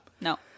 no